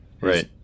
Right